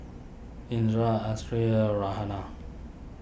Indra Raihana